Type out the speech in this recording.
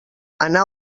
anar